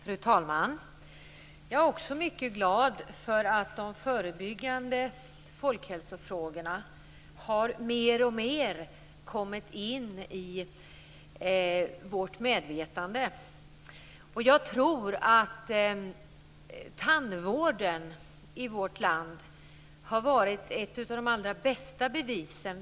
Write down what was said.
Fru talman! Jag är också mycket glad över att de förebyggande folkhälsofrågorna mer och mer har kommit in i vårt medvetande. Jag tror att tandvården i vårt land har varit ett av de allra bästa bevisen.